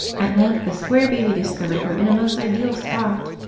at length the square baby discovered her in a most ideal spot.